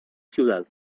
ciudad